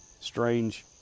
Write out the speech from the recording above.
strange